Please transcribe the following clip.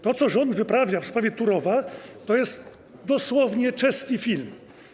To, co rząd wyprawia w sprawie Turowa, to jest dosłownie czeski film.